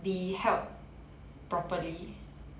be held properly